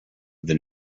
than